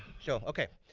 so okay,